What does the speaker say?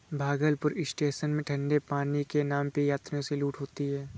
Bhagalpur station में ठंडे पानी के नाम पे यात्रियों से लूट होती है